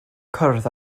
cwrdd